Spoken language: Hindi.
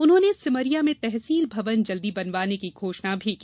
उन्होंने सिमरिया में तहसील भवन जल्दी बनवाने की घोषणा भी की